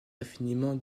infiniment